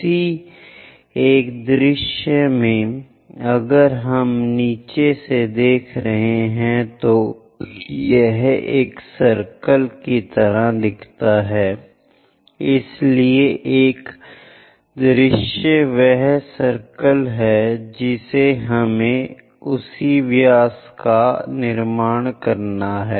किसी एक दृश्य में अगर हम नीचे से देख रहे हैं तो यह एक सर्कल की तरह दिखता है इसलिए एक विचार वह सर्कल है जिसे हमें उसी व्यास का निर्माण करना है